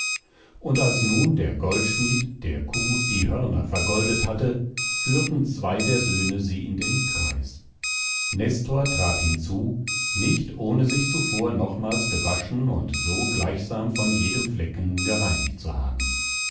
und als nun der goldschmied der kuh die hörner vergoldet hatte führten zwei der söhne sie in den kreis nestor trat hinzu nicht ohne sich zuvor nochmals gewaschen und so gleichsam von jedem flecken gereinigt zu haben